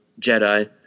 Jedi